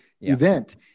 event